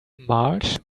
march